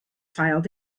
filed